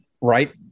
Right